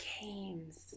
games